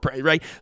right